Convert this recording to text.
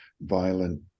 violent